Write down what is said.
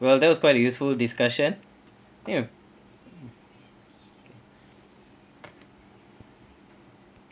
well that was quite a useful discussion ya